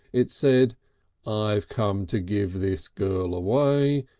it said i've come to give this girl away,